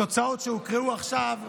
התוצאות שהוקראו עכשיו,